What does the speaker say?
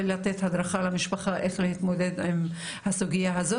ולתת הדרכה למשפחה איך להתמודד עם הסוגיה הזאת.